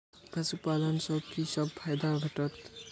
पशु पालन सँ कि सब फायदा भेटत?